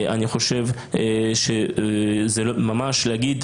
אני חושב שזה ממש להגיד,